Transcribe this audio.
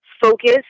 focus